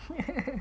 I